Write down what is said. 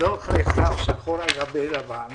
בדוח נכתב שחור על גבי לבן